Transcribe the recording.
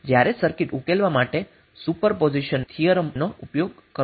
જ્યારે સર્કિટ ઉકેલવા માટે સુપરપોઝિશન થિયરમનો ઉપયોગ કરવો પડશે